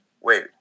wait